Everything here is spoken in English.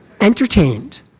entertained